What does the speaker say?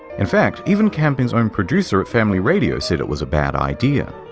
in fact, even camping's own producer at family radio said it was a bad idea.